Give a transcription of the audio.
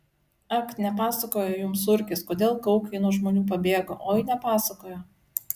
ak nepasakojo jums urkis kodėl kaukai nuo žmonių pabėgo oi nepasakojo